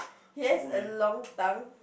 he has a long tongue